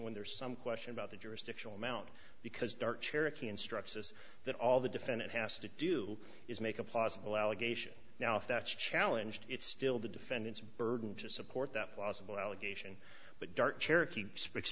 when there's some question about the jurisdictional amount because dark cherokee instructs us that all the defendant has to do is make a possible allegation now if that challenge it's still the defendant's burden to support that possible allegation but dart cherokee sp